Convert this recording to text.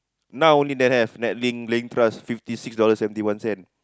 now only then have that net link fifty six dollars seventy one cent